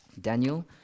Daniel